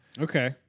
Okay